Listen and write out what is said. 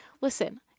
Listen